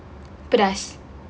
pedas